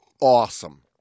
awesome